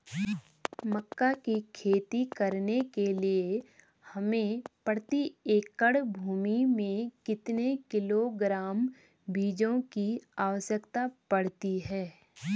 मक्का की खेती करने के लिए हमें प्रति एकड़ भूमि में कितने किलोग्राम बीजों की आवश्यकता पड़ती है?